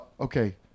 Okay